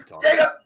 Jacob